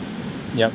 yeah